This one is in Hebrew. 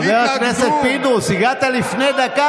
חבר הכנסת פינדרוס, הגעת לפני דקה.